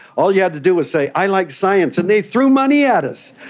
all you had to do was say i like science and they threw money at us.